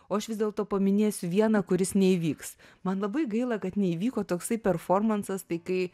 o aš vis dėlto paminėsiu vieną kuris neįvyks man labai gaila kad neįvyko toksai performansas tai kai